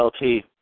LT